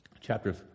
chapter